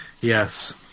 Yes